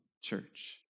church